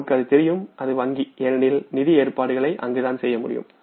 நமக்கு அது தெரியும் அது வங்கிஏனெனில் நிதி ஏற்பாடுகளை அங்குதான் செய்யமுடியும்